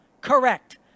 Correct